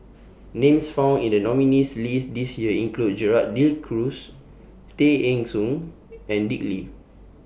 Names found in The nominees list This Year include Gerald De Cruz Tay Eng Soon and Dick Lee